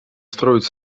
строить